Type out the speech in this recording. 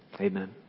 Amen